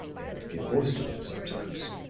and give voice to them sometimes